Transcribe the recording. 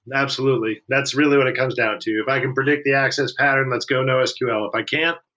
absolutely. that's really what it comes down to if i can predict the access pattern, let's go nosql. if i can't,